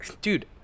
Dude